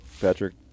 Patrick